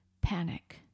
Panic